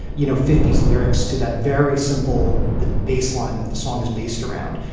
you know, fifty s lyrics to that very simple but baseline that the song is based around.